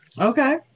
Okay